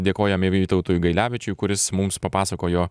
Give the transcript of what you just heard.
dėkojame vytautui gailevičiui kuris mums papasakojo